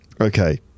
Okay